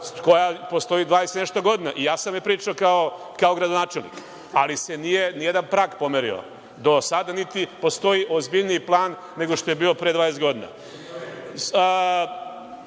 koja postoji 20 i nešto godina, i ja sam je pričao kao gradonačelnik, ali se nije ni jedan prag pomerio do sada, niti postoji ozbiljniji plan nego što je bio pre 20 godina. Zakon